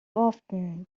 often